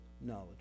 knowledge